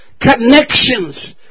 connections